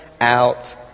out